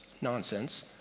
nonsense